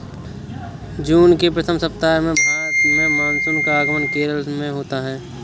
जून के प्रथम सप्ताह में भारत में मानसून का आगमन केरल में होता है